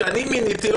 שאני מיניתי,